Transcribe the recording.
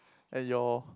at your